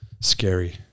scary